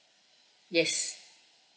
yes